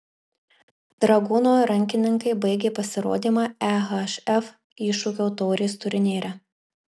dragūno rankininkai baigė pasirodymą ehf iššūkio taurės turnyre